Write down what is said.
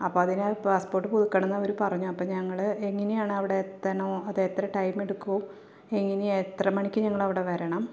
അപ്പോള് അതിനായി പാസ്പോർട്ട് പുതുക്കണം എന്നവര് പറഞ്ഞു അപ്പോള് ഞങ്ങള് എങ്ങനെയാണ് അവിടെ എത്തണോ അതോ എത്ര ടൈമെടുക്കോ എങ്ങനെയാണ് എത്ര മണിക്ക് ഞങ്ങള് അവിടെ വരണം